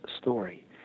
story